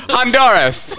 Honduras